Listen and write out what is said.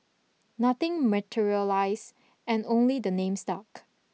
nothing materialised and only the name stuck